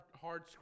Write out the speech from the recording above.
Hard